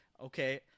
Okay